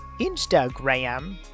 Instagram